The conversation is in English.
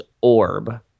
orb